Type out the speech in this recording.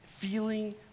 feeling